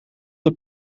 het